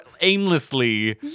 aimlessly